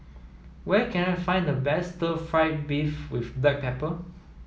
where can I find the best stir fry beef with black pepper